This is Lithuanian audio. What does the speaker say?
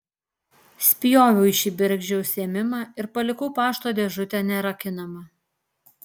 spjoviau į šį bergždžią užsiėmimą ir palikau pašto dėžutę nerakinamą